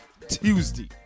Tuesday